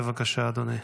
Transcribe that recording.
בבקשה, אדוני.